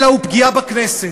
אלא הוא פגיעה בכנסת.